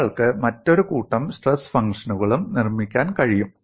നിങ്ങൾക്ക് മറ്റൊരു കൂട്ടം സ്ട്രെസ് ഫംഗ്ഷനുകളും നിർമ്മിക്കാൻ കഴിയും